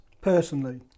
Personally